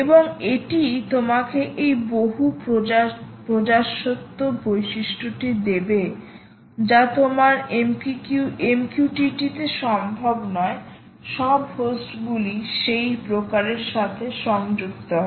এবং এটিই তোমাকে এই মাল্টি টেন্যান্সি বৈশিষ্ট্যটি দেবে যা তোমার MQTT তে সম্ভব নয় সব হোস্টগুলি সেই ব্রোকারের সাথে সংযুক্ত হয়